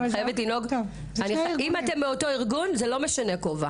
אם אתן מאותו ארגון, הכובע לא משנה.